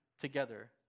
together